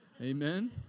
Amen